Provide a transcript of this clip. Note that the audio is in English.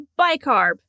bicarb